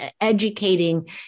educating